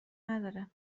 نداره